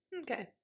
okay